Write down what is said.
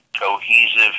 cohesive